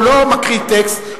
הוא לא מקריא טקסט,